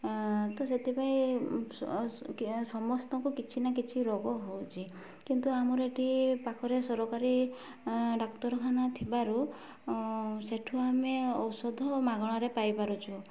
ତ ସେଥିପାଇଁ ସମସ୍ତଙ୍କୁ କିଛି ନା କିଛି ରୋଗ ହେଉଛି କିନ୍ତୁ ଆମର ଏଠି ପାଖରେ ସରକାରୀ ଡାକ୍ତରଖାନା ଥିବାରୁ ସେଠୁ ଆମେ ଔଷଧ ମାଗଣାରେ ପାଇପାରୁଛୁ